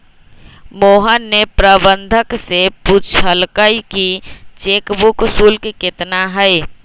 मोहन ने प्रबंधक से पूछल कई कि चेक बुक शुल्क कितना हई?